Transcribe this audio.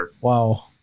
Wow